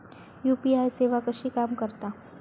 UPI सेवा कशी काम करता?